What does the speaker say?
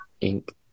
Ink